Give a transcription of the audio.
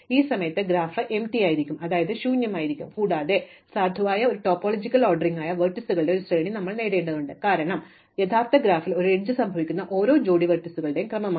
ഈ സമയത്ത് ഗ്രാഫ് ശൂന്യമായിരിക്കാം കൂടാതെ സാധുവായ ഒരു ടോപ്പോളജിക്കൽ ഓർഡറിംഗായ വെർട്ടീസുകളുടെ ഒരു ശ്രേണി ഞാൻ നേടേണ്ടതുണ്ട് കാരണം എന്റെ യഥാർത്ഥ ഗ്രാഫിൽ ഒരു എഡ്ജ് സംഭവിക്കുന്ന ഓരോ ജോഡി വെർട്ടീസുകളും ക്രമമാണ്